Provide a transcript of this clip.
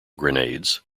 grenades